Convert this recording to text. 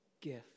Gift